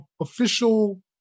official